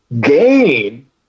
gain